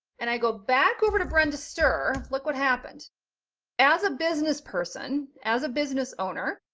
and i go back over to brenda ster look what happened as a business person, as a business owner,